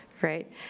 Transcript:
Right